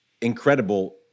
incredible